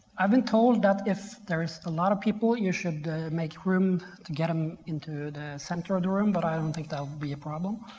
i've been told that if there's a lot of people, you should make room to get them into the center of the room, but i don't think that'll be a problem.